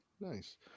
Nice